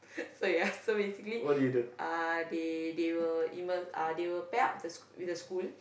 so yes so basically uh they they will email uh they will pair up with the school